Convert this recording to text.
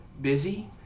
busy